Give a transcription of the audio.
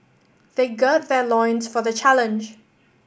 they gird their loins for the challenge